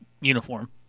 uniform